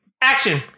action